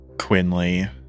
Quinley